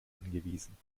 angewiesen